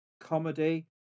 comedy